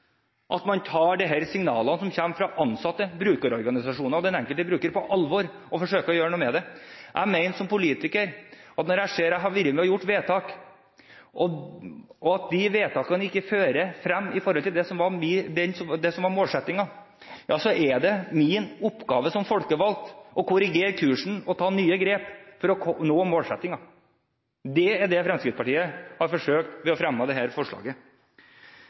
at man tar de signalene som kommer fra ansatte, brukerorganisasjonene og den enkelte bruker på alvor og forsøker å gjøre noe med det. Jeg mener som politiker at når jeg ser at jeg har vært med og gjort vedtak, og at de vedtakene ikke fører frem med tanke på det som var målsettingen, er det min oppgave som folkevalgt å korrigere kursen og ta nye grep for å nå målsettingen. Det er det Fremskrittspartiet har forsøkt ved å fremme dette forslaget. For å avslutte: Når jeg hører saksordføreren si at det